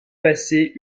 passé